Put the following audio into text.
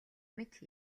мэт